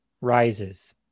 rises